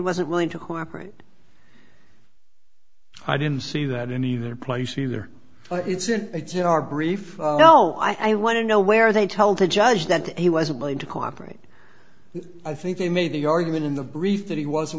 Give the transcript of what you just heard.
wasn't willing to cooperate i didn't see that in either place either it's in it's in our brief no i want to know where they tell the judge that he wasn't willing to cooperate and i think they made the argument in the brief that he was